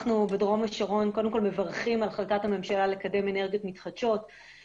אנחנו בדרום השרון מברכים על החלטת הממשלה לקדם אנרגיות מתחדשות.